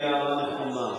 היא הערה נכונה,